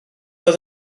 oedd